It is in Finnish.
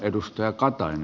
edustaja katainen